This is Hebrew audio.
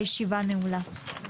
הישיבה נעולה.